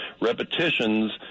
repetitions